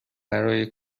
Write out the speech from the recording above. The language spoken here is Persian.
برای